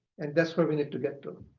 and that's where we need to get